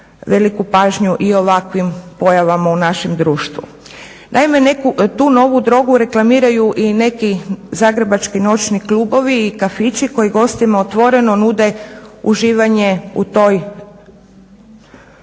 veliku pažnju i ovakvim pojavama u našem društvu. Naime, neku, tu novu drogu reklamiraju i neki zagrebački noćni klubovi i kafići koji gostima otvoreno nude uživanje u toj